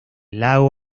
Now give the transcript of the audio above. lago